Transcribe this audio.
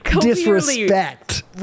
disrespect